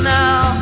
now